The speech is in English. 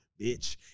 bitch